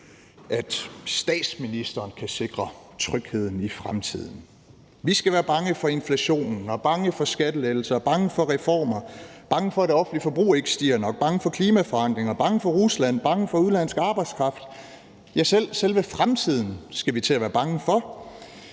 statsministeren kan sikre trygheden i fremtiden. Vi skal være bange for inflationen, bange for skattelettelser, bange for reformer, bange for, at det offentlige forbrug ikke stiger nok, bange for klimaforandringer, bange for Rusland og bange for udenlandsk arbejdskraft. Ja, selve fremtiden skal vi til at være bange for.